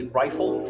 rifle